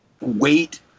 wait